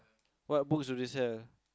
what books do they sell